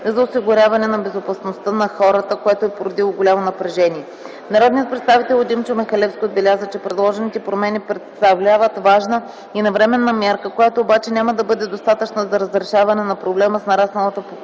за осигуряване на безопасността на хората, което е породило голямо напрежение. Народният представител Димчо Михалевски отбеляза, че предложените промени представляват важна и навременна мярка, която обаче няма да бъде достатъчна за разрешаване на проблема с нарасналата популация.